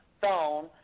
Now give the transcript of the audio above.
phone